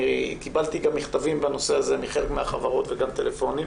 אני קיבלתי מכתבים בנושא הזה מחלק מהחברות וגם טלפונים.